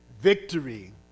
victory